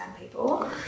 people